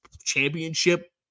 championship